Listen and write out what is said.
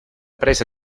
presa